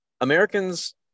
Americans